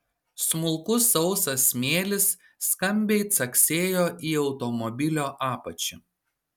smulkus sausas smėlis skambiai caksėjo į automobilio apačią